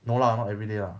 no lah not everyday lah